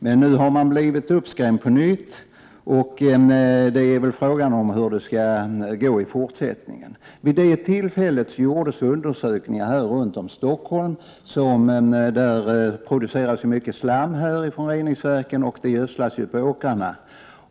Men nu har man blivit uppskrämd på nytt, och frågan är väl hur det skall gå i fortsättningen. Vid det tillfället gjordes undersökningar runt Stockholm — det produceras ju mycket slam från reningsverken här, och det gödslas på åkrarna.